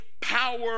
power